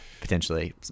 potentially